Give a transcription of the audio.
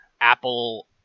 Apple